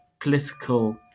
political